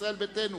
ישראל ביתנו,